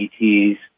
ETs